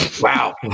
Wow